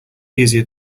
easier